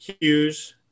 Hughes